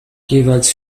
jeweils